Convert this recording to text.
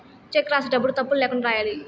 check రాసేటప్పుడు తప్పులు ల్యాకుండా రాయాలి